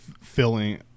filling